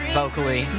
vocally